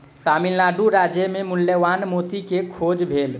तमिल नाडु राज्य मे मूल्यवान मोती के खोज भेल